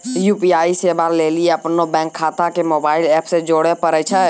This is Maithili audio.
यू.पी.आई सेबा लेली अपनो बैंक खाता के मोबाइल एप से जोड़े परै छै